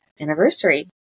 anniversary